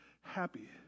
happy